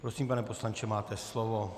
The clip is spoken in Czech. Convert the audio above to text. Prosím, pane poslanče, máte slovo.